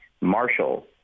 Marshall